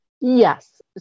Yes